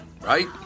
Right